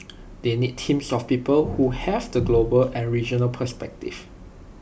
they need teams of people who have the global and regional perspective